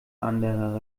anderer